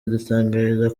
adutangariza